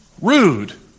rude